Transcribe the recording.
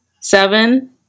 Seven